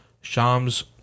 Shams